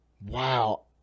Wow